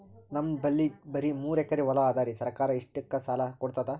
ನಮ್ ಬಲ್ಲಿ ಬರಿ ಮೂರೆಕರಿ ಹೊಲಾ ಅದರಿ, ಸರ್ಕಾರ ಇಷ್ಟಕ್ಕ ಸಾಲಾ ಕೊಡತದಾ?